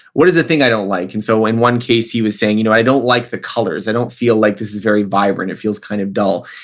what is the thing i don't like? and so in one case he was saying, you know i don't like the colors. i don't feel like this is very vibrant. it feels kind of dull.